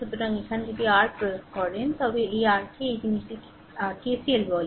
সুতরাং এখানে যদি r প্রয়োগ করেন তবে এই r কে এই জিনিসটি rKCL বলে